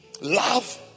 love